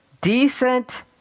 decent